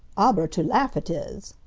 aber to laugh it is!